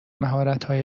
مهارتهای